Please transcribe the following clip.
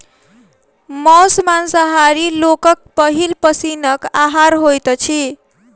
मौस मांसाहारी लोकक पहिल पसीनक आहार होइत छै